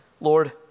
Lord